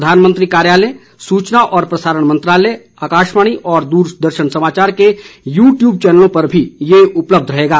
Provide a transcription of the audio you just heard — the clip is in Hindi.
प्रधानमंत्री कार्यालय सूचना और प्रसारण मंत्रालय आकाशवाणी और दूरदर्शन समाचार के यू ट्यूब चैनलों पर भी यह उपलब्ध रहेगा